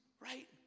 right